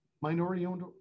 minority-owned